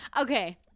Okay